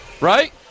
Right